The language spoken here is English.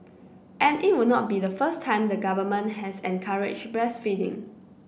and it would not be the first time the government has encouraged breastfeeding